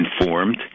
informed